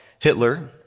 Hitler